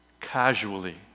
casually